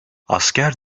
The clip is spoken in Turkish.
asker